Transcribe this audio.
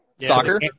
Soccer